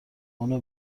اونو